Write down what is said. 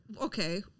Okay